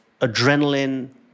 adrenaline